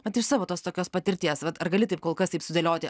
vat iš savo tos tokios patirties vat ar gali taip kol kas taip sudėlioti